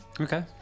Okay